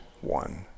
one